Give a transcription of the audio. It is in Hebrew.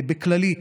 בכללית,